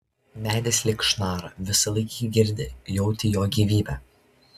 medis lyg šnara visąlaik jį girdi jauti jo gyvybę